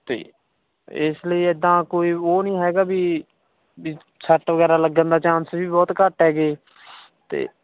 ਅਤੇ ਇਸ ਲਈ ਇੱਦਾਂ ਕੋਈ ਉਹ ਨਹੀਂ ਹੈਗਾ ਵੀ ਵੀ ਸੱਟ ਵਗੈਰਾ ਲੱਗਣ ਦਾ ਚਾਂਸ ਵੀ ਬਹੁਤ ਘੱਟ ਹੈਗੇ ਅਤੇ